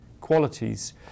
qualities